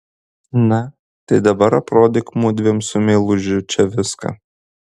na tai dabar aprodyk mudviem su meilužiu čia viską